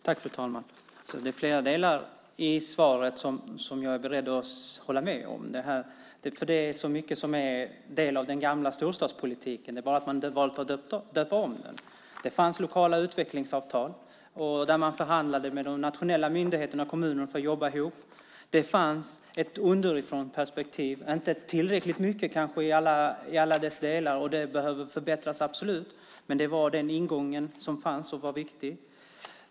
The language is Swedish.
Fru talman! Det är flera delar i svaret som jag är beredd att hålla med om. Mycket handlar nämligen om den gamla storstadspolitiken. Man har bara valt att döpa om den. Det fanns lokala utvecklingsavtal där man förhandlade med de nationella myndigheterna och kommunerna om att få jobba ihop. Det fanns ett underifrånperspektiv. Det var kanske inte tillräckligt mycket i alla dess delar, och det behövde förbättras, absolut, med den ingången fanns och den var viktig.